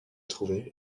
trouvé